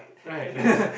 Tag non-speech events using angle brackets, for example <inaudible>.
<laughs>